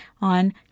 on